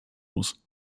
muss